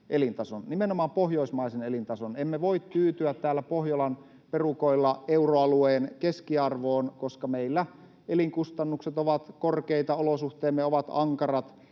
elintason — nimenomaan pohjoismaisen elintason. Emme voi tyytyä täällä Pohjolan perukoilla euroalueen keskiarvoon, koska meillä elinkustannukset ovat korkeita ja olosuhteemme ovat ankarat